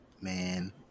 man